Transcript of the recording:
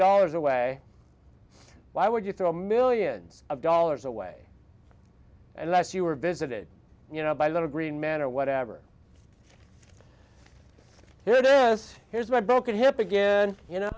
dollars away why would you throw millions of dollars away unless you were visited you know by little green men or whatever it is here's my broken hip again you know